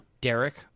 Derek